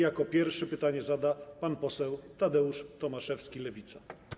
Jako pierwszy pytanie zada pan poseł Tadeusz Tomaszewski, Lewica.